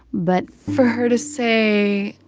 but. for her to say,